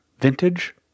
vintage